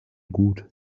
gut